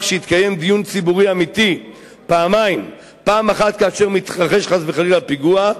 שיתקיים דיון ציבורי אמיתי פעמיים: פעם אחת כאשר מתרחש חס וחלילה פיגוע,